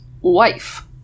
wife